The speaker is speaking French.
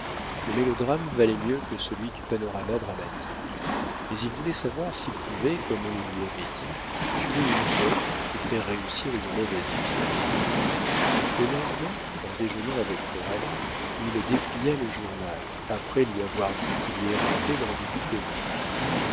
le mélodrame valait mieux que celui du panorama dramatique mais il voulait savoir s'il pouvait comme on le lui avait dit tuer une bonne et faire réussir une mauvaise pièce le lendemain en déjeunant avec coralie il déplia le journal après lui avoir dit qu'il y éreintait l'ambigu-comique lucien ne